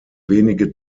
wenige